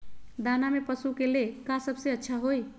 दाना में पशु के ले का सबसे अच्छा होई?